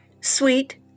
Sweet